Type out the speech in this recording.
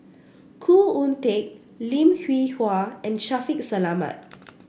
Khoo Oon Teik Lim Hwee Hua and Shaffiq Selamat